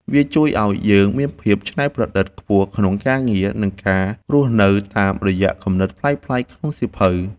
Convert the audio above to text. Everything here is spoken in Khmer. វាជួយឱ្យយើងមានភាពច្នៃប្រឌិតខ្ពស់ក្នុងការងារ និងការរស់នៅតាមរយៈគំនិតប្លែកៗពីក្នុងសៀវភៅ។